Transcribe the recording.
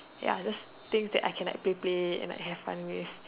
ya just things that I can like play play and have fun with